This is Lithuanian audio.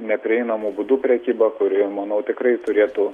neprieinamu būdu prekybą kuri manau tikrai turėtų